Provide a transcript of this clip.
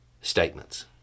statements